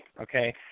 okay